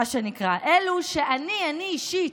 מה שנקרא, אלו שאני, אני אישית,